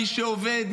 מי שעובד?